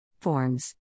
Forms